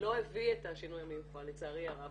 לא הביא את השינוי המיוחל לצערי הרב.